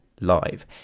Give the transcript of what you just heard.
live